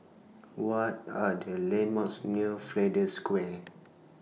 What Are The landmarks near Flanders Square